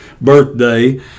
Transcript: birthday